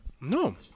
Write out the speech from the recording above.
No